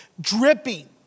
dripping